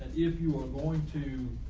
if you are going to